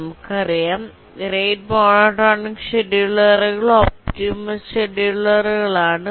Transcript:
നമുക്കറിയാം rate monotonic സ്ചെടുലറുകൾ optimal സ്ചെടുലേറുകൾ ആണ്